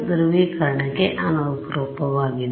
ಧ್ರುವೀಕರಣಕ್ಕೆ ಅನುರೂಪವಾಗಿದೆ